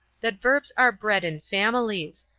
that verbs are bred in families,